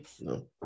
No